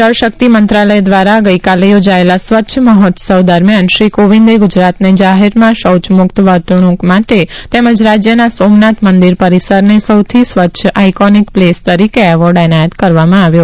જળ શક્તિ મંત્રાલય દ્વારા ગઈકાલે યોજાયેલા સ્વચ્છ મહોત્સવ દરમિયાન શ્રી કોવિંદે ગુજરાતને જાહેરમાં શૌચમુક્ત વર્તણૂંક માટે તેમજ રાજ્યના સોમનાથ મંદિર પરિસરને સૌથી સ્વચ્છ આઈકોનિક પ્લેસ તરીકે એવોર્ડ એનાયત કરવામાં આવ્યો